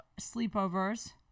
Sleepovers